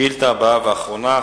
השאילתא הבאה והאחרונה,